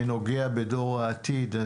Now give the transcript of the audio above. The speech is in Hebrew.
אני נוגע בדור העתיד.